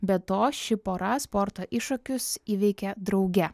be to ši pora sporto iššūkius įveikia drauge